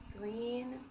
green